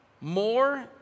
more